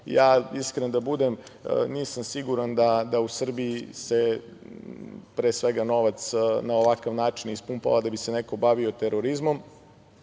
Iskren da budem, nisam siguran da u Srbiji se pre svega novac na ovakav način ispumpava da bi se neko bavio terorizmom,